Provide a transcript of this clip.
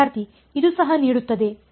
ವಿದ್ಯಾರ್ಥಿ ಇದು ಸಹ ನೀಡುತ್ತದೆ